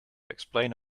explain